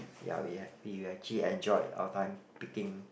ya we had we actually enjoyed our time picking